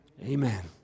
Amen